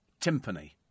timpani